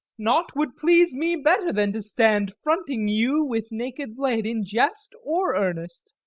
naught would please me better than to stand fronting you with naked blade in jest, or earnest.